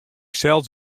sels